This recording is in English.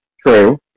True